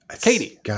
Katie